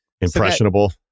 Impressionable